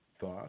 thought